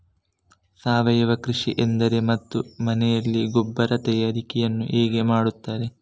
ಸಾವಯವ ಕೃಷಿ ಎಂದರೇನು ಮತ್ತು ಮನೆಯಲ್ಲಿ ಗೊಬ್ಬರ ತಯಾರಿಕೆ ಯನ್ನು ಹೇಗೆ ಮಾಡುತ್ತಾರೆ?